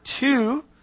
two